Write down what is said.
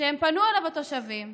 שפנו אליו התושבים,